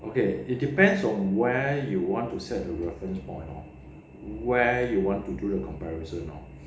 okay it depends on where you want to set the reference point lor where you want to do the comparison lor